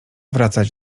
wracać